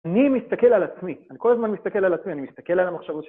אני מסתכל על עצמי, אני כל הזמן מסתכל על עצמי, אני מסתכל על המחשבות שלי.